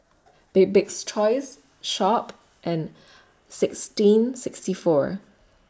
Bibik's Choice Sharp and sixteen sixty four